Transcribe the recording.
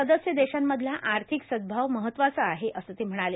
सदस्य देशांमधला आर्थिक सद्भाव महत्त्वाचा आहेए असं ते म्हणाले